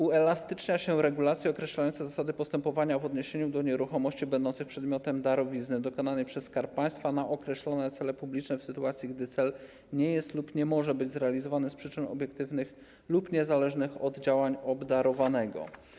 Uelastycznia się regulacje określające zasady postępowania w odniesieniu do nieruchomości będącej przedmiotem darowizny dokonanej przez Skarb Państwa na określone cele publiczne, w sytuacji gdy cel nie jest lub nie może być zrealizowany z przyczyn obiektywnych lub niezależnych od działań obdarowanego.